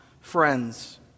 friends